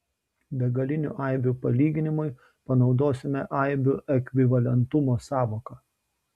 begalinių aibių palyginimui panaudosime aibių ekvivalentumo sąvoką